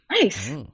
Nice